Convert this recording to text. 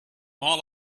all